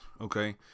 Okay